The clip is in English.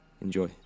enjoy